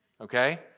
Okay